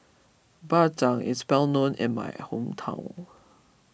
Bak Chang is well known in my hometown